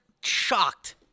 shocked